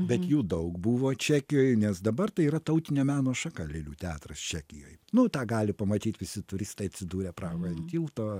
bet jų daug buvo čekijoj nes dabar tai yra tautinio meno šaka lėlių teatras čekijoj nu tą gali pamatyt visi turistai atsidūrę prahoje ant tilto